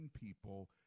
people